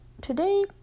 today